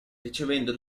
ricevendo